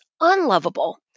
unlovable